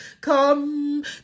come